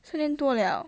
三年多了